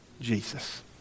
Jesus